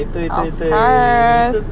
of course